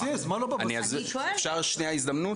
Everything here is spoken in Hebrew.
אני אסביר, אפשר שנייה הזדמנות?